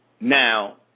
Now